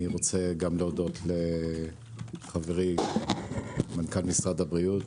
אני גם רוצות להודות לחברי מנכ"ל משרד הבריאות,